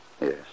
Yes